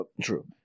true